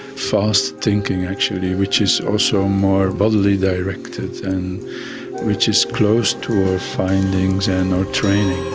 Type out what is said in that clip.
fast thinking actually, which is also more bodily directed and which is close to our findings and our training.